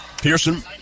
Pearson